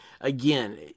again